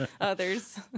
others